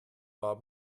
war